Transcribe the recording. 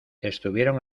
estuvieron